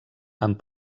amb